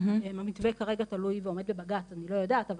המתווה כרגע תלוי ועומד בבג"ץ אז אני לא יודעת,